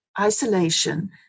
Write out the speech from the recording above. isolation